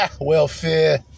Welfare